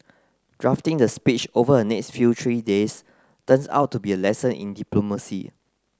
drafting the speech over the next few three days turns out to be a lesson in diplomacy